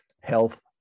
health